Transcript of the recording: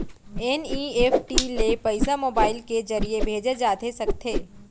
NEFT ले पइसा mobile के ज़रिए भेजे जाथे सकथे?